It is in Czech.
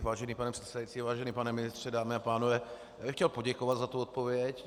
Vážený pane předsedající, vážený pane ministře, dámy a pánové, chtěl bych poděkovat za tuto odpověď.